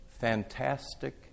fantastic